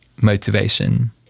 motivation